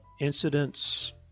incidents